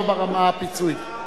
לא ברמה הביצועית.